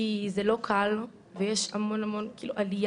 כי זה לא קל, ויש המון עלייה